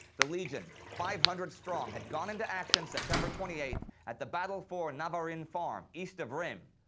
the legion, five hundred strong, had gone into action september twenty eighth at the battle for navarin farm, east of reims.